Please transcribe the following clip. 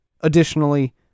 Additionally